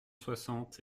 soixante